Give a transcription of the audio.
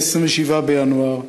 27 בינואר,